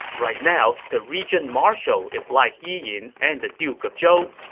right now, the regent marshal is like yi yin and the duke of zhou